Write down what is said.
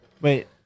Wait